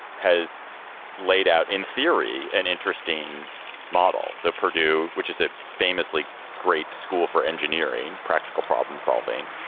has laid out in theory an interesting model. so purdue, which is a famously great school for engineering, practical problem solving,